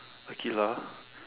Aqilah